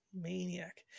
maniac